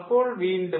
അപ്പോൾ വീണ്ടും